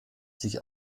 sich